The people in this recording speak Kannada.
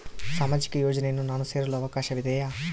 ಸಾಮಾಜಿಕ ಯೋಜನೆಯನ್ನು ನಾನು ಸೇರಲು ಅವಕಾಶವಿದೆಯಾ?